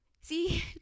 See